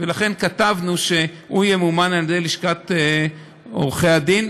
לכן כתבנו שהוא ימומן על ידי לשכת עורכי הדין,